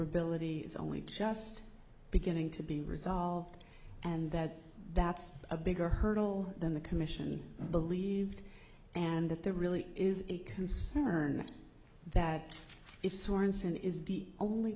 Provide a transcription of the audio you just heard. interoperability is only just beginning to be resolved and that that's a bigger hurdle than the commission believed and that there really is a concern that if sorenson is the only